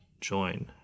join